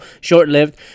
short-lived